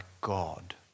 God